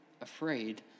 afraid